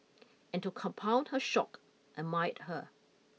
and to compound her shock admired her